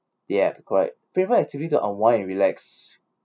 ya quite favourite activity to unwind and relax